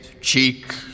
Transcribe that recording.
Cheek